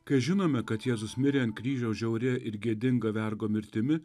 kai žinome kad jėzus mirė ant kryžiaus žiauria ir gėdinga vergo mirtimi